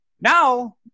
now